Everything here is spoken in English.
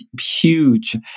huge